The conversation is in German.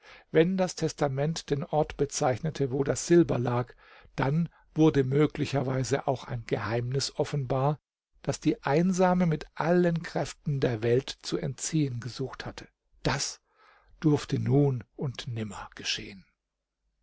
wenn das testament den ort bezeichnete wo das silber lag dann wurde möglicherweise auch ein geheimnis offenbar das die einsame mit allen kräften der welt zu entziehen gesucht hatte das durfte nun und nimmer geschehen